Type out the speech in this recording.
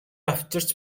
авчирч